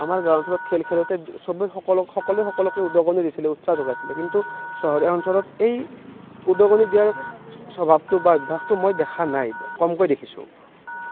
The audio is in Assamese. আমাৰ গাঁও অঞ্চলত খেল খেলোঁতে সবে সকলোৱে সকলোকে উদগনি দিছিলে উৎসাহ যোগাইছিলে কিন্তু চহৰীয়া অঞ্চলত এই উদগনি দিয়াৰ স্বভাৱটো বা অভ্যাসটো মই দেখা নাই কমকৈ দেখিছোঁ